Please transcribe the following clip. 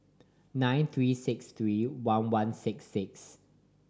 nine three six three one one six six